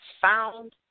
found